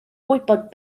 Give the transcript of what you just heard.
gwybod